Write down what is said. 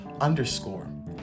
underscore